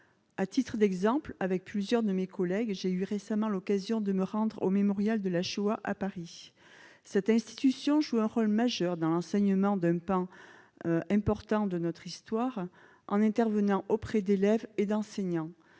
à titre d'exemple, avec plusieurs de mes collègues, j'ai eu récemment l'occasion de me rendre au mémorial de la Shoah à Paris cette institution joue un rôle majeur dans l'enseignement d'un pan important de notre histoire en intervenant auprès d'élèves et d'enseignants,